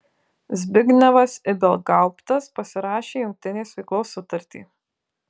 zbignevas ibelgauptas pasirašė jungtinės veiklos sutartį